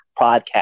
podcast